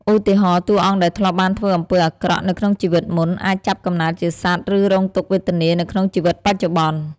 ឧទាហរណ៍ តួអង្គដែលធ្លាប់បានធ្វើអំពើអាក្រក់នៅក្នុងជីវិតមុន អាចចាប់កំណើតជាសត្វ ឬរងទុក្ខវេទនានៅក្នុងជីវិតបច្ចុប្បន្ន។